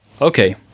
Okay